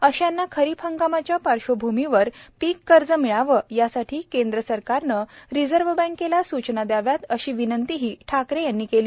अशांना खरीप हंगामाच्या पार्श्वभूमीवर पीक कर्ज मिळावं यासाठी केंद्र सरकारनं रिझर्व्ह बँकेला सूचना द्याव्यात अशी विनंतीही ठाकरे यांनी केली